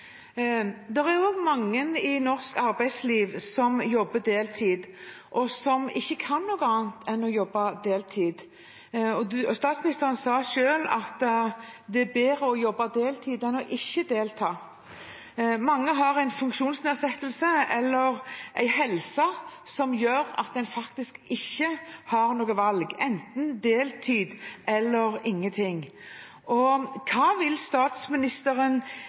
er mange i norsk arbeidsliv som jobber deltid, og som ikke kan gjøre noe annet enn å jobbe deltid. Statsministeren sa selv at det er bedre å jobbe deltid enn ikke å delta. Mange har en funksjonsnedsettelse eller en helse som gjør at en faktisk ikke har noe valg: enten deltid eller ingenting. Hva vil statsministeren